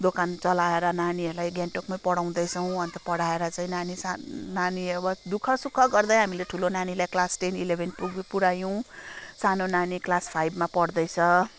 दोकान चलाएर नानीहरूलाई गान्तोकमै पढाउँदैछौँ अन्त पढाएर चाहिँ नानी सा नानी अब दुःख सुख गर्दै हामीले ठुलो नानीलाई क्लास टेन इलेभेन पुऱ्यायौँ सानो नानी क्लास फाइभमा पढ्दैछ